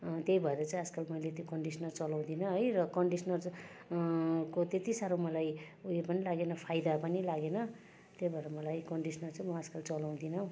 त्यही भएर चाहिँ आजकाल मैले कन्डिसनर चलाउँदिन है र कन्डिसनर चाहिँ को त्यति साह्रो मलाई उयो पनि लागेन फाइदा पनि लागेन त्यही भएर मलाई कन्डिसनर चाहिँ म आजकाल चलाउँदिन